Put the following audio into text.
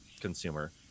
consumer